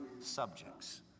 subjects